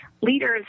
leaders